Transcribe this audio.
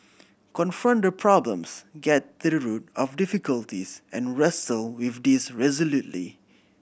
confront the problems get to the root of difficulties and wrestle with these resolutely